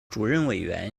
主任委员